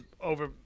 over